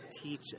teach